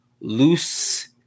loose